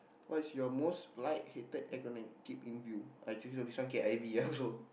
what's your most liked hated acronym keep in view I think so this one K_I_V also